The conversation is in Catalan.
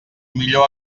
millor